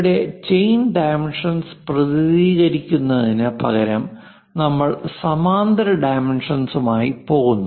ഇവിടെ chain dimensions പ്രതിനിധീകരിക്കുന്നതിന് പകരം നമ്മൾ സമാന്തര ഡൈമൻഷനിംഗ്മായി പോകുന്നു